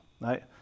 right